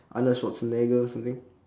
arnold-schwarzenegger or something